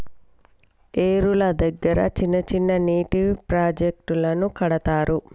ఏరుల దగ్గర చిన్న చిన్న నీటి ప్రాజెక్టులను కడతారు